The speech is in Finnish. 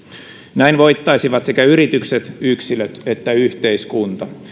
näin voittaisivat sekä yritykset yksilöt että yhteiskunta